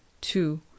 two